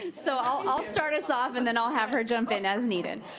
and so i'll i'll start us off and then i'll have her jump in as needed.